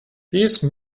these